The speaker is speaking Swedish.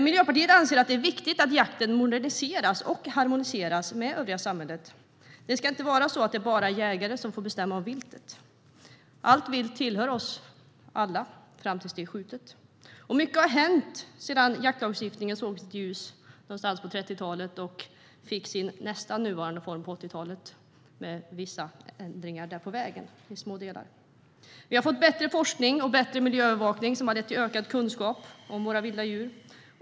Miljöpartiet anser att det är viktigt att jakten moderniseras och harmoniseras med det övriga samhället. Det ska inte bara vara jägare som får bestämma om viltet. Allt vilt tillhör oss alla fram till dess att det är skjutet. Mycket har hänt sedan jaktlagstiftningen såg dagens ljus någon gång på 30-talet och - nästan - fick sin nuvarande form på 80-talet med vissa ändringar i små delar på vägen. Vi har fått bättre forskning och bättre miljöövervakning som har lett till ökad kunskap om våra vilda djur.